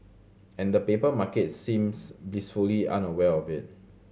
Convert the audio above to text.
and the paper market seems blissfully unaware of it